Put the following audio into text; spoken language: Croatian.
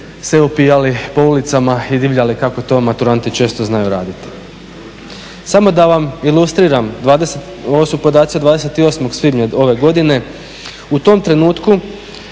se opijali po ulicama i divljali kako to maturanti često znaju raditi. Samo da vam ilustriram, ovo su podaci od 28. svibnja ove godine u tom trenutku